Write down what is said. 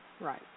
Right